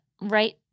right